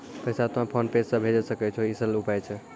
पैसा तोय PhonePe से भैजै सकै छौ? ई सरल उपाय छै?